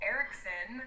Erickson